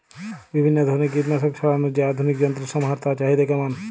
বিভিন্ন ধরনের কীটনাশক ছড়ানোর যে আধুনিক যন্ত্রের সমাহার তার চাহিদা কেমন?